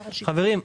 חברים,